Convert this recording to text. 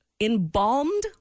embalmed